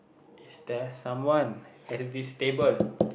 is there someone at this table